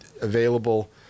available